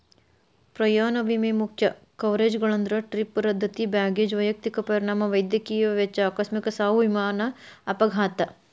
ಪ್ರಯಾಣ ವಿಮೆ ಮುಖ್ಯ ಕವರೇಜ್ಗಳಂದ್ರ ಟ್ರಿಪ್ ರದ್ದತಿ ಬ್ಯಾಗೇಜ್ ವೈಯಕ್ತಿಕ ಪರಿಣಾಮ ವೈದ್ಯಕೇಯ ವೆಚ್ಚ ಆಕಸ್ಮಿಕ ಸಾವು ವಿಮಾನ ಅಪಘಾತ